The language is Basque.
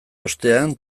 ostean